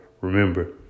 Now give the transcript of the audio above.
Remember